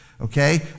okay